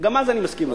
גם אז אני מסכים על זה.